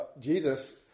Jesus